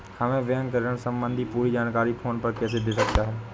हमें बैंक ऋण संबंधी पूरी जानकारी फोन पर कैसे दे सकता है?